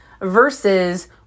versus